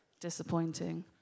Disappointing